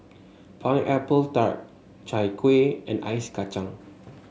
Pineapple Tart Chai Kueh and Ice Kacang